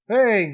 Hey